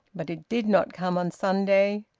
but it did not come on sunday.